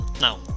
now